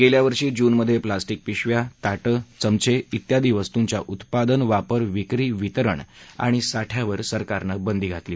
गेल्यावर्षी जूनमधे प्लास्टिक पिशव्या ताटं चमचे उद्यादी वस्तूंच्या उत्पादन वापर विक्री वितरण आणि साठ्यावर सरकारनं बंदी घातली